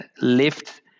lift